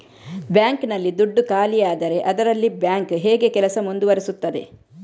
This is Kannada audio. ಬ್ಯಾಂಕ್ ನಲ್ಲಿ ದುಡ್ಡು ಖಾಲಿಯಾದರೆ ಅದರಲ್ಲಿ ಬ್ಯಾಂಕ್ ಹೇಗೆ ಕೆಲಸ ಮುಂದುವರಿಸುತ್ತದೆ?